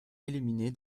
éliminé